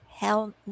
Hell